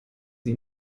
sie